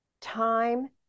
time